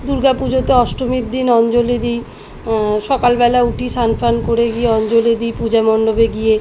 দুর্গা পুজোতে অষ্টমীর দিন অঞ্জলি দিই সকালবেলা উঠি স্নান ফান করে গিয়ে অঞ্জলি দিই পূজা মণ্ডপে গিয়ে